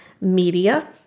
media